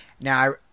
Now